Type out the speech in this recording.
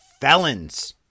felons